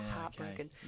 heartbroken